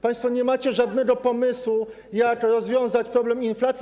Państwo nie macie żadnego pomysłu, jak rozwiązać problem inflacji.